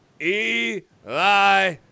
Eli